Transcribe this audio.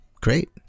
great